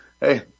hey